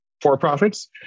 for-profits